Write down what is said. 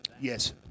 Yes